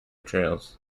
trails